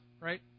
right